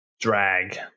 Drag